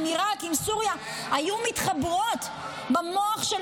עם עיראק ועם סוריה היו מתחברות במוח של